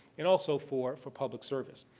and also for for public service.